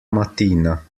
mattina